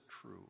true